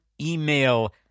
email